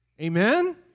Amen